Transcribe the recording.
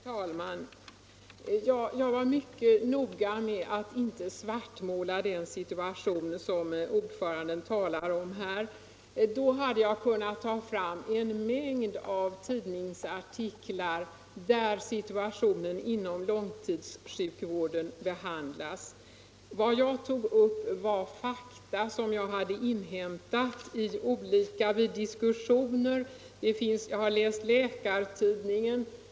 Fru talman! Jag var mycket noga med att inte svartmåla den situation som herr utskottsordföranden talade om. Annars hade jag kunnat ta fram en mängd tidningsartiklar om långtidssjukvården. Vad jag tog upp var fakta som jag inhämtat på olika sätt, bl.a. vid diskussioner.